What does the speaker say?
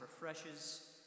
refreshes